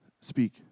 Speak